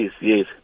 yes